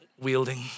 wielding